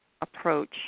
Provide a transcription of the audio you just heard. approach